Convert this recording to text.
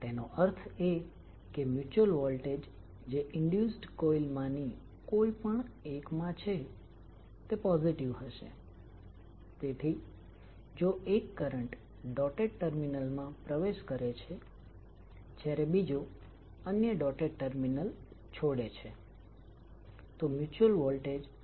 તેથી હવે ચુંબકીય ફ્લક્સ 1 જે કોઇલ 1 માંથી આવે છે તેના 2 કોમ્પોનન્ટ છે જેમાં એક કોમ્પોનન્ટ એ હશે જે ફક્ત કોઇલ 1 સાથે જોડાય છે